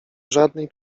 żadnej